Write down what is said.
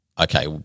okay